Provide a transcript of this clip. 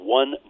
one